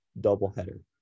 doubleheader